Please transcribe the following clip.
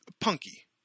punky